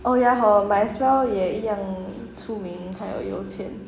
oh ya hor might as well 也一样出名还有有钱